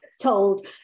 told